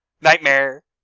Nightmare